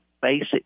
basic